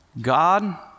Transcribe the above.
God